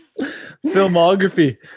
filmography